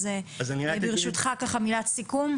אז, ברשותך, מילת סיכום.